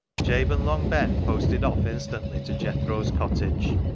jabe and long ben posted off instantly to jethro's cottage.